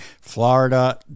Florida